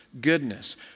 goodness